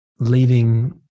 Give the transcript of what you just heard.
leaving